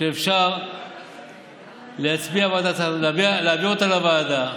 כשאפשר להעביר אותה לוועדה?